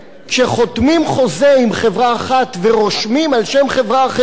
כשחותמים חוזה עם חברה אחת ורושמים על-שם חברה אחרת,